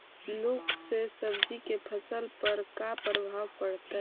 लुक से सब्जी के फसल पर का परभाव पड़तै?